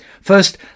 First